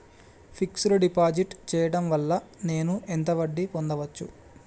Fix డ్ deposit చేయటం వల్ల నేను ఎంత వడ్డీ పొందచ్చు?